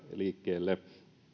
liikkeelle